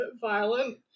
violent